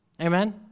amen